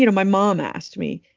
you know my mom asked me,